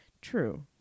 true